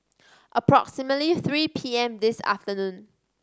approximately three P M this afternoon